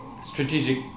strategic